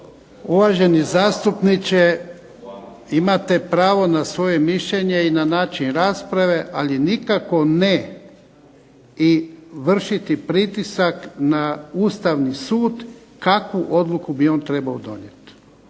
Uvaženi zastupniče, imate pravo na svoje mišljenje i na način rasprave, ali nikako ne vršiti pritisak na Ustavni sud kakvu odluku bi on trebao donijeti.